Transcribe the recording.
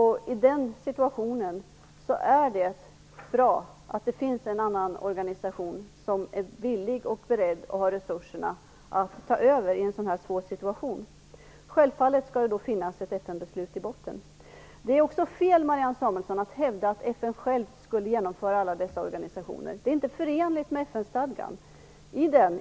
I den situationen är det bra att det finns en annan organisation som är villig och beredd och har resurserna att ta över i en så svår situation. Självfallet skall det då finnas ett FN-beslut i botten. Det är också fel, Marianne Samuelsson, att hävda att FN självt skulle genomföra alla dessa organisationer. Det är inte förenligt med FN-stadgan.